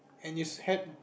and you had